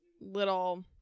little